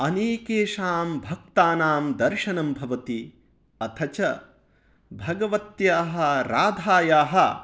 अनेकेषां भक्तानां दर्शनं भवति अथ च भगवत्याः राधायाः